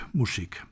musik